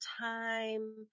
time